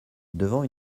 devant